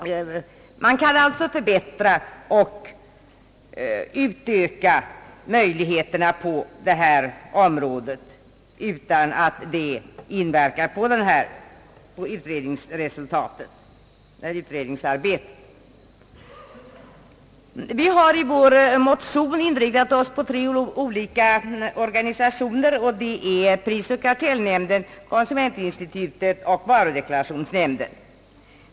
Man kan alltså förbättra och utöka utan hinder av utredningens arbete. Vi har i vår motion inriktat oss på tre olika organisationer, prisoch kartellnämnden, konsumentinstitutet och varudeklarationsnämnden.